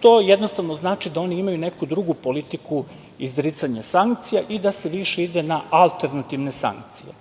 to jednostavno znači da oni imaju neku drugu politiku izricanja sankcija i da se više ide na alternativne sankcije. Naravno,